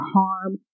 harm